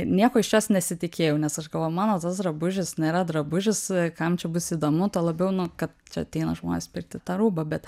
nieko iš jos nesitikėjau nes aš galvojau mano drabužis nėra drabužis kam čia bus įdomu tuo labiau nu kad čia ateina žmonės pirkti tą rūbą bet